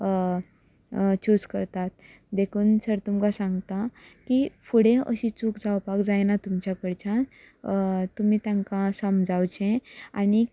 choose करता देखून sir तुमकां सांगता की फुडें अशी चूक जावपाक जायना तुमच्या कडच्यान तुमी तांकां समजावचें